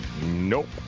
Nope